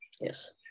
yes